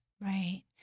Right